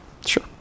Sure